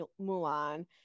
Mulan